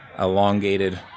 elongated